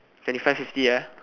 twenty five fifty ah